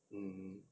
mm